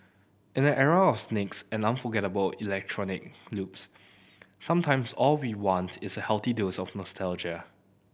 in an era of snakes and unforgettable electronic loops sometimes all we want is a healthy dose of nostalgia